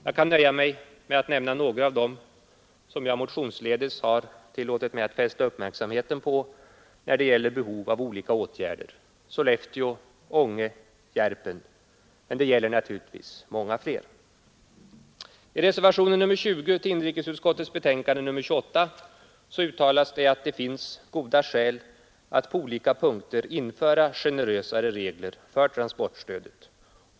Jag kan nöja mig med att nämna några av dem som jag motionsledes har tillåtit mig att fästa uppmärksamheten på när det gäller behov av olika åtgärder: Sollefteå, Ånge och Järpen. Men det gäller naturligtvis många fler. I reservationen 20 till inrikesutskottets betänkande nr 28 uttalas att det finns goda skäl att på olika punkter införa generösare regler för transportstödet.